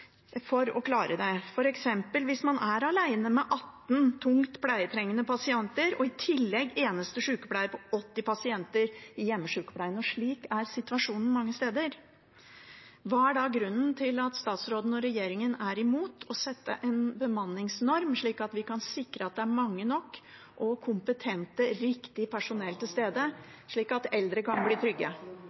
for å klare det, f.eks. hvis man er alene med 18 tungt pleietrengende pasienter og i tillegg er eneste sykepleier på 80 pasienter i hjemmesykepleien. Slik er situasjonen mange steder. Hva er da grunnen til at statsråden og regjeringen er imot å sette en bemanningsnorm, slik at vi kan sikre at det er mange nok av kompetent og riktig personale til stede, slik at eldre kan bli trygge?